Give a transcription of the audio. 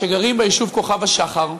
שגרים ביישוב כוכב-השחר,